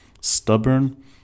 stubborn